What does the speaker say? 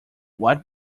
what